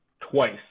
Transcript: twice